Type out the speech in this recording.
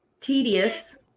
tedious